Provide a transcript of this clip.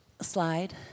slide